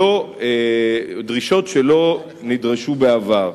דרישות שלא נדרשו בעבר.